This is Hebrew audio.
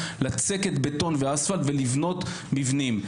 לצקת בטון ואספלט ולבנות מבנים.